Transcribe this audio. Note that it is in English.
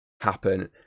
happen